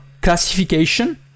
classification